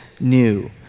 new